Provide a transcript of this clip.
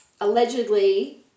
allegedly